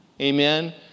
Amen